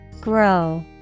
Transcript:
Grow